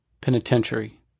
Penitentiary